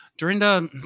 Dorinda